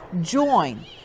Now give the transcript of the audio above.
JOIN